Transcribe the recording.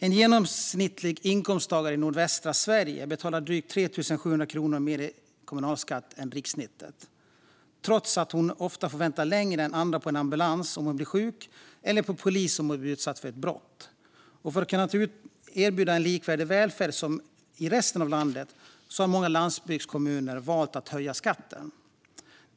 En genomsnittlig inkomsttagare i nordvästra Sverige betalar drygt 3 700 kronor mer i kommunalskatt än rikssnittet, trots att hon ofta måste vänta längre än andra på en ambulans om hon blir sjuk eller på en polis om hon blir utsatt för ett brott. För att kunna erbjuda välfärd som är likvärdig med den i resten av landet har många landsbygdskommuner valt att höja skatten.